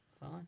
Fine